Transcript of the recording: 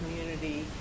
community